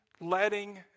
letting